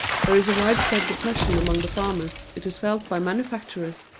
there is a widespread depression among the farmers, it is felt by manufacturers,